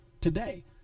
today